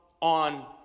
on